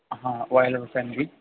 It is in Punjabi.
ਹਾਂ